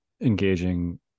engaging